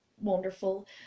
wonderful